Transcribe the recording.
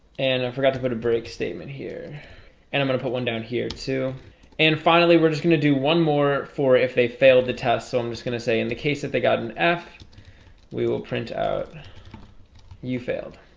and and i forgot to put a break statement here and i'm gonna put one down here, too and finally, we're just gonna do one more for if they failed the test so i'm just gonna say in the case that they got an f we will print out you failed